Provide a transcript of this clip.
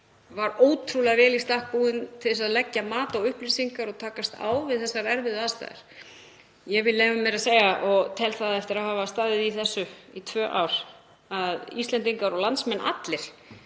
var ótrúlega vel í stakk búin til þess að leggja mat á upplýsingar og takast á við þessar erfiðu aðstæður. Ég vil leyfa mér að segja og tel það eftir að hafa staðið í þessu í tvö ár að Íslendingar og landsmenn allir